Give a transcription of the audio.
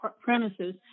premises